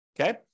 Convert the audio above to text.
Okay